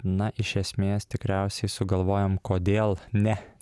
na iš esmės tikriausiai sugalvojam kodėl ne